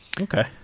Okay